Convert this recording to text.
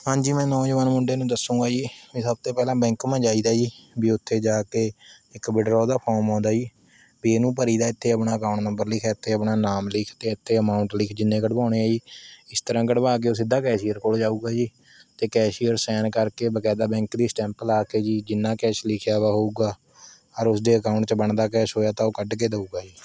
ਹਾਂਜੀ ਮੈਂ ਨੌਜਵਾਨ ਮੁੰਡੇ ਨੂੰ ਦੱਸੂੰਗਾ ਜੀ ਵੀ ਸਭ ਤੇ ਪਹਿਲਾਂ ਬੈਂਕ ਮਾ ਜਾਈਦਾ ਜੀ ਵੀ ਉੱਥੇ ਜਾ ਕੇ ਇੱਕ ਵਿਦਡ੍ਰੋਅ ਦਾ ਫਾਰਮ ਆਉਂਦਾ ਜੀ ਵੀ ਇਹਨੂੰ ਭਰੀਦਾ ਇੱਥੇ ਆਪਣਾ ਅਕਾਊਂਟ ਨੰਬਰ ਲਿੱਖ ਇੱਥੇ ਆਪਣਾ ਨਾਮ ਲਿਖ ਅਤੇ ਇੱਥੇ ਅਮਾਉਂਟ ਲਿਖ ਜਿੰਨੇ ਕੱਢਵਾਉਣੇ ਹੈ ਜੀ ਇਸ ਤਰ੍ਹਾਂ ਕਢਵਾ ਕੇ ਉਹ ਸਿੱਧਾ ਕੈਸ਼ੀਅਰ ਕੋਲ ਜਾਊਗਾ ਜੀ ਅਤੇ ਕੈਸ਼ੀਅਰ ਸੈਨ ਕਰਕੇ ਬਕਾਇਦਾ ਬੈਂਕ ਦੀ ਸਟੈਂਪ ਲਾ ਕੇ ਜੀ ਜਿੰਨਾਂ ਕੈਸ਼ ਲਿਖਿਆ ਵਾ ਹੋਊਗਾ ਔਰ ਉਸ ਦੇ ਅਕਾਊਂਟ 'ਚ ਬਣਦਾ ਕੈਸ਼ ਹੋਇਆ ਤਾਂ ਉਹ ਕੱਢ ਕੇ ਦਊਗਾ ਜੀ ਧੰਨਵਾਦ ਜੀ